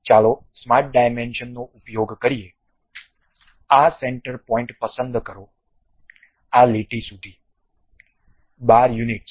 ચાલો સ્માર્ટ ડાયમેન્શનનો ઉપયોગ કરીએ આ સેન્ટર પોઇન્ટ પસંદ કરો આ લીટી સુધી 12 યુનિટ્સ